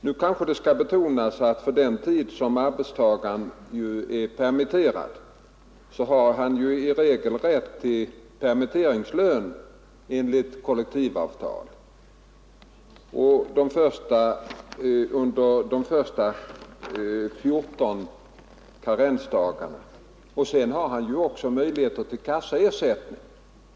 Det skall kanske betonas att arbetstagaren för den tid han är permitterad i regel har rätt till permitteringslön enligt kollektivavtal under de första 14 karensdagarna och sedan också har möjligheter till kassaersättning.